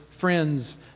friends